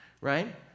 right